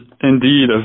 indeed